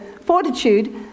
fortitude